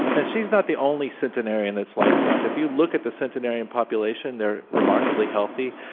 and she's not the only centenarian that's like this. if you look at the centenarian population, they're remarkably healthy.